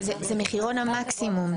זה מחירון המקסימום.